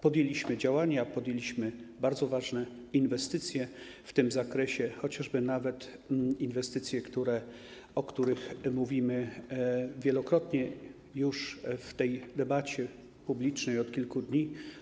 Podjęliśmy działania, podjęliśmy bardzo ważne inwestycje w tym zakresie, chociażby nawet inwestycje, o których mówiliśmy wielokrotnie już w tej debacie publicznej od kilku dni.